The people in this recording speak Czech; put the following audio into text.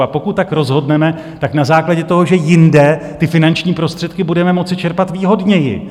A pokud tak rozhodneme, tak na základě toho, že jinde ty finanční prostředky budeme moci čerpat výhodněji.